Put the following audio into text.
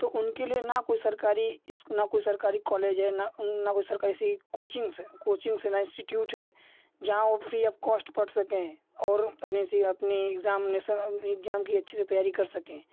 तो उनके लिए न कोई सरकारी इश्क़ न कोई सरकारी कॉलेज है न न कोई सरकारी सी कोचिंग्स है कोचिंग्स है न इंस्टिट्यूट है जहाँ वो फ़्री ऑफ कोस्ट पढ़ सकें और अपने सी अपनी इग्ज़ामनेसन अपनी इग्जाम कि अच्छी से तैयारी कर सकें